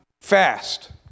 fast